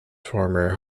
former